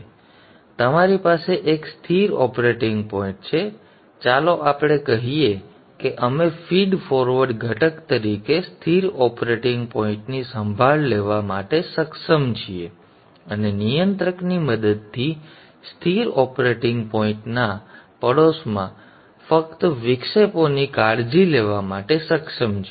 તેથી તમારી પાસે એક સ્થિર ઓપરેટિંગ પોઇન્ટ છે ચાલો આપણે કહીએ કે અમે ફીડ ફોરવર્ડ ઘટક તરીકે સ્થિર ઓપરેટિંગ પોઇન્ટની સંભાળ લેવા માટે સક્ષમ છીએ અને નિયંત્રકની મદદથી સ્થિર ઓપરેટિંગ પોઇન્ટના પડોશમાં ફક્ત વિક્ષેપોની કાળજી લેવા માટે સક્ષમ છીએ